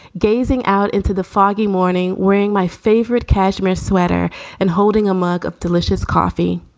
gazing out into the foggy morning, wearing my favorite cashmere sweater and holding a mug of delicious coffee.